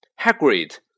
Hagrid